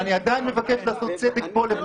אבל אני עדיין מבקש לעשות צדק פה.